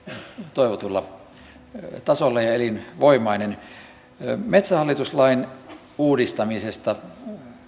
toivotulla tasolla ja elinvoimainen metsähallitus lain uudistamisesta